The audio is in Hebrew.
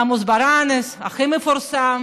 עמוס ברנס הוא הכי מפורסם,